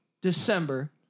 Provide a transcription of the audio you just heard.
December